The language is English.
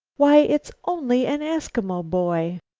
why, it's only an eskimo boy!